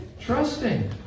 Trusting